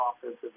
offensive